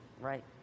right